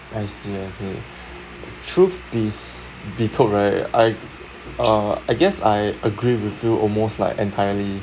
I see I see the truth is be told right I uh I guess I agree with you almost like entirely